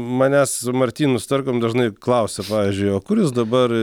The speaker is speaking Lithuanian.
mane su martynu starkum dažnai klausia pavyzdžiui o kur jūs dabar